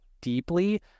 deeply